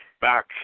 back